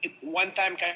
one-time